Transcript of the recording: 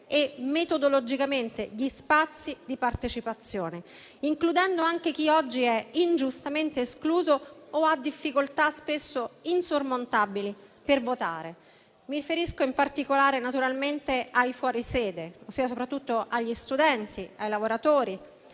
e metodologicamente gli spazi di partecipazione, includendo anche chi oggi è ingiustamente escluso o ha difficoltà spesso insormontabili per votare. Mi riferisco in particolare, naturalmente, ai fuori sede, soprattutto agli studenti, ai lavoratori,